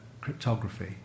cryptography